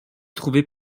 trouver